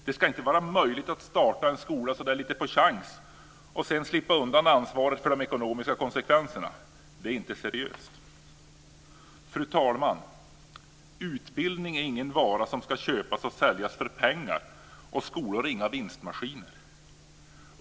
Det ska inte vara möjligt att starta en skola så där lite på chans så att säga och sedan slippa undan ansvaret för de ekonomiska konsekvenserna. Det är inte seriöst. Fru talman! Utbildning är ingen vara som ska köpas och säljas för pengar, och skolor är inga vinstmaskiner.